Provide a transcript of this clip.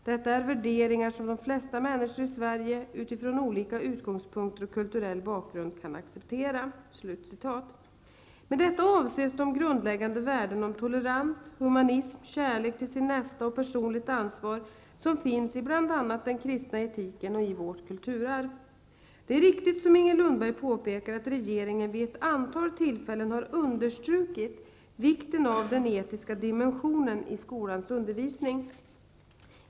Detta är värderingar som de flesta människor i Sverige, utifrån olika utgångspunkter och kulturell bakgrund, kan acceptera.'' Med detta avses de grundläggande värden om tolerans, humanism, kärlek till sin nästa och personligt ansvar som finns i bl.a. den kristna etiken och i vårt kulturarv. Det är riktigt, som Inger Lundberg påpekar, att regeringen vid ett antal tillfällen har understrukit vikten av den etiska dimensionen i skolans undervisning.